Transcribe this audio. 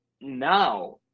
now